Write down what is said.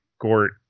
Gort